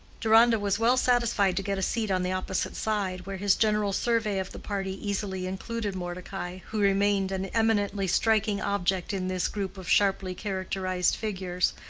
deronda was well satisfied to get a seat on the opposite side, where his general survey of the party easily included mordecai, who remained an eminently striking object in this group of sharply-characterized figures,